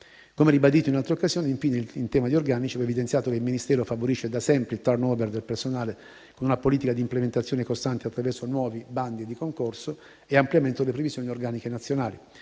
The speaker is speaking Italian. Come ribadito in altre occasioni, infine, in tema di organici va evidenziato che il Ministero favorisce da sempre il *turnover* del personale, con una politica di implementazione costante attraverso nuovi bandi di concorso e ampliamento delle previsioni organiche nazionali,